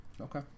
Okay